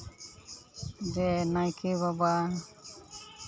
ᱡᱮ ᱱᱟᱭᱠᱮ ᱵᱟᱵᱟ